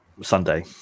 sunday